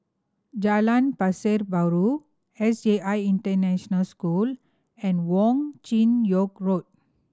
Jalan Pasar Baru S J I International School and Wong Chin Yoke Road